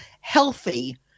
healthy